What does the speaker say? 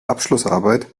abschlussarbeit